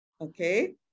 okay